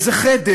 איזה חדר,